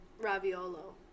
raviolo